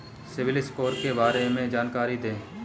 CIBIL score के बारे में जानकारी दें?